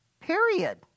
period